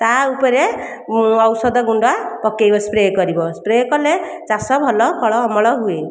ତା'ଉପରେ ଔଷଧ ଗୁଣ୍ଡ ପକାଇବ ସ୍ପ୍ରେ କରିବ ସ୍ପ୍ରେ କଲେ ଚାଷ ଭଲ ଫଳ ଅମଳ ହୁଏ